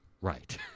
Right